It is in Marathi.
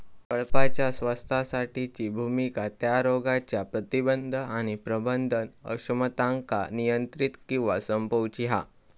कळपाच्या स्वास्थ्यासाठीची भुमिका त्या रोगांच्या प्रतिबंध आणि प्रबंधन अक्षमतांका नियंत्रित किंवा संपवूची हा